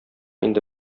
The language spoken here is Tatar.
инде